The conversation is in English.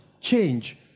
change